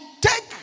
take